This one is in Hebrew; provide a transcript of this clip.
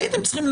היה יושב כאן,